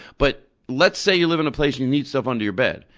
but let's say you live in a place you need stuff under your bed,